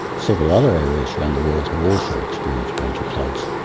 several other areas around the world have also experienced major floods.